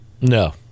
no